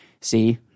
See